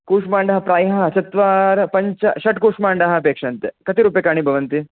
कूष्माण्डः प्रायः चत्वार पञ्च षड् कूष्माण्डाः अपेक्ष्यन्ते कति रूप्यकाणि भवन्ति